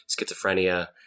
schizophrenia